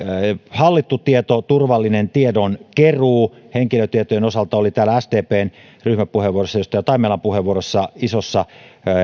hallittu tieto turvallinen tiedonkeruu henkilötietojen osalta oli täällä sdpn ryhmäpuheenvuorossa edustaja taimelan puheenvuorossa isossa